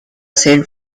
saint